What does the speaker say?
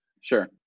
Sure